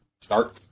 start